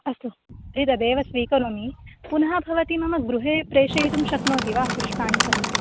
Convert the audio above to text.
ओ अस्तु तर्हि तदेव स्वीकरोमि पुनः भवती मम गृहं प्रेषयितुं शक्नोति वा पुष्पाणि सर्वं